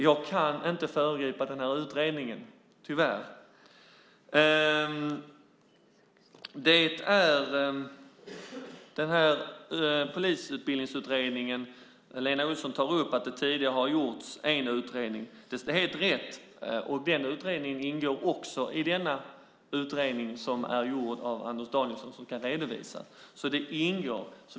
Jag kan inte föregripa den utredningen, tyvärr. Lena Olsson tar upp att det tidigare gjorts en utredning om polisutbildningen. Det är helt rätt, och den ingår i den utredning som gjorts av Anders Danielsson och som inom kort kommer att redovisas. Den ingår där.